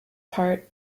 part